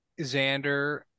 Xander